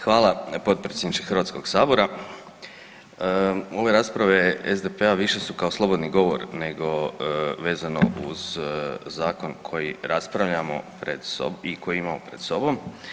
Hvala potpredsjedniče HS-a, ove rasprave SDP-a više su kao slobodni govor nego vezano uz zakon koji raspravljamo pred sobom i koji imamo pred sobom.